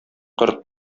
корт